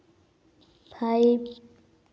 five